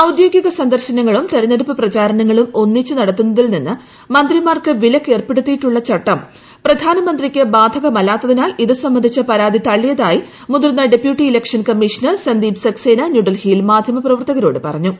ഔദ്യോഗിക സന്ദർശനങ്ങളും തെരഞ്ഞെടുപ്പ് പ്രചാരങ്ങളും ഒന്നിച്ച് നടത്തുന്നതിൽ നിന്ന് മന്ത്രിമാർക്ക് വിലക്കേർപ്പെടുത്തിയിട്ടുളള ചട്ടം പ്രധാനമന്ത്രിക്ക് ബാധകമല്ലാത്തതിനാൽ ഇത് സംബന്ധിച്ച പരാതി തളളിയതായി മുതിർന്ന deputy election commissioner Sandeep Saxena ന്യൂഡൽഹിയിൽ മാദ്ധ്യമപ്രവർത്തകരോടുപറഞ്ഞു